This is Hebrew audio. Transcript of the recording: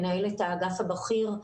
מנהלת האגף הבכיר,